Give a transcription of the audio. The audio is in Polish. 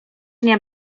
nie